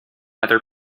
other